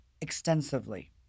extensively